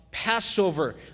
Passover